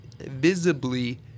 visibly